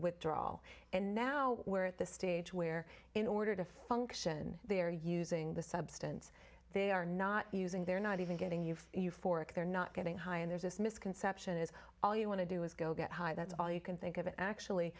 withdrawal and now we're at the stage where in order to function they are using the substance they are not using they're not even getting you euphoric they're not getting high and there's this misconception is all you want to do is go get high that's all you can think of actually